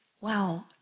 Wow